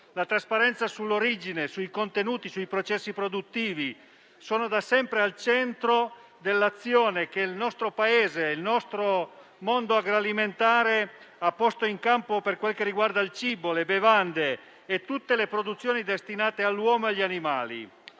la trasparenza sull'origine, sui contenuti e sui processi produttivi sono da sempre al centro dell'azione che il nostro Paese e il nostro mondo agroalimentare hanno posto in campo per ciò che riguarda il cibo, le bevande e tutte le produzioni destinate all'uomo e agli animali.